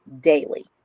daily